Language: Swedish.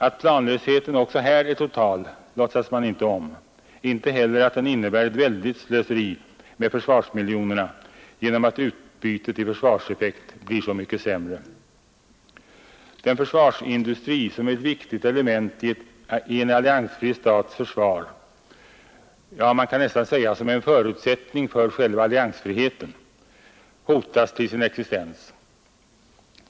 Att planlösheten också här är total låtsas man inte om, inte heller att den innebär ett väldigt slöseri med försvarsmiljonerna genom att utbytet i försvarseffekt blir så mycket sämre. Den försvarsindustri som är ett viktigt element i en alliansfri stats försvar — ja, man kan nästan säga som är en förutsättning för själva alliansfriheten — hotas till sin existens.